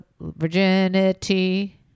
virginity